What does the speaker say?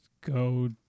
go